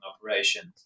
operations